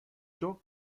ciò